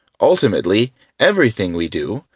ultimately everything we do,